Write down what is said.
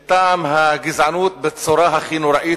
את טעם הגזענות בצורה הכי נוראה,